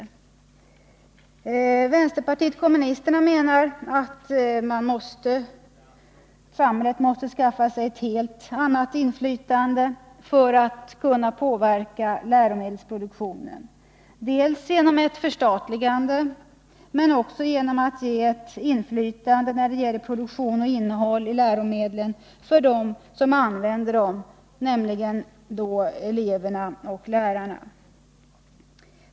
Vänsterpartiet kommunisterna menar att samhället måste skaffa sig ett helt annat inflytande när det gäller att påverka läromedelsproduktionen. Det måste ske dels genom ett förstatligande, dels genom ett inflytande på produktionen av och innehållet i läromedlen för dem som använder dessa, dvs. elever och lärare.